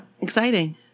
exciting